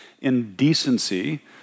indecency